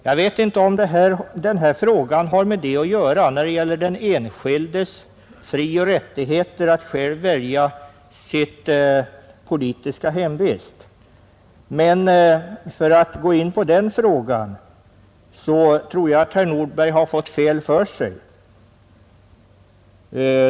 Jag vet inte om den frågan har något att göra med den enskildes frioch rättigheter att själv välja sitt politiska hemvist. Men om vi ändå skall gå in på den frågan, så tror jag att herr Nordberg har fått fel för sig.